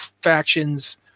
factions